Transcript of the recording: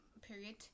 Period